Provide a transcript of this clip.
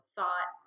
Thought